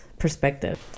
perspective